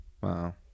Wow